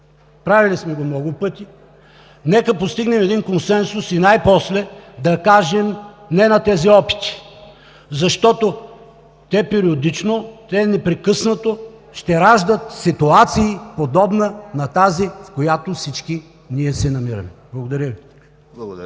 Правили сме го много пъти, нека да постигнем един консенсус и най-после да кажем: не на тези опити, защото те периодично, те непрекъснато ще раждат ситуации, подобни на тази, в която всички ние се намираме. Благодаря Ви.